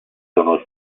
sono